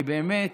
כי באמת